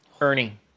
ernie